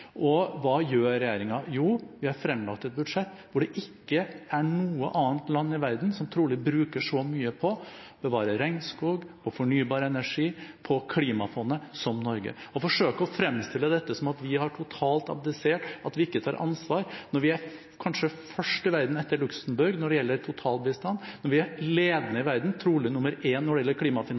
Og hva gjør regjeringen? Jo, vi har fremlagt et budsjett hvor det trolig ikke er noe annet land i verden som bruker så mye på å bevare regnskog, på fornybar energi og på klimafondet som Norge. Å forsøke å fremstille dette som at vi har totalt abdisert, at vi ikke tar ansvar, når vi er kanskje først i verden etter Luxembourg når det gjelder totalbistand, når vi er ledende i verden, trolig nummer én, når det gjelder